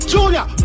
Junior